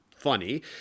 Funny